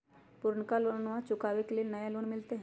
पुर्नका लोनमा चुकाबे ले नया लोन मिलते?